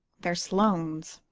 they're sloanes.